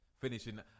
finishing